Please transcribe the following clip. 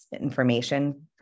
information